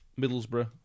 Middlesbrough